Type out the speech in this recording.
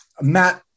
Matt